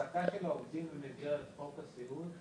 העובדים במסגרת חוק הסיעוד,